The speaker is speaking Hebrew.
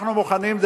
אנחנו מוכנים,